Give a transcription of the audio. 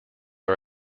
are